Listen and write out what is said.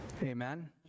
amen